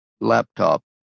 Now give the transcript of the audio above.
laptop